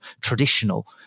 traditional